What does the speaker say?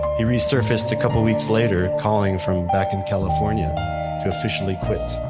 he resurfaced a couple of weeks later, calling from back in california to officially quit.